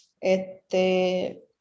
este